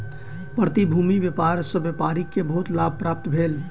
प्रतिभूति के व्यापार सॅ व्यापारी के बहुत लाभ प्राप्त भेल